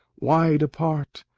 wide apart,